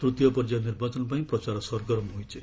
ତୂତୀୟ ପର୍ଯ୍ୟାୟ ନିର୍ବାଚନ ପାଇଁ ପ୍ରଚାର ସରଗରମ୍ ହୋଇଛି